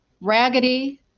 Raggedy